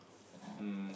um